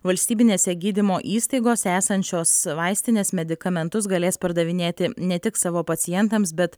valstybinėse gydymo įstaigose esančios vaistinės medikamentus galės pardavinėti ne tik savo pacientams bet